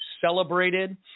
celebrated